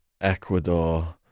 Ecuador